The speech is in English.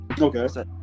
Okay